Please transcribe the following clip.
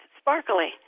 sparkly